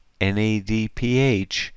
NADPH